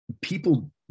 people